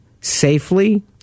safely